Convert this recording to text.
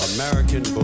American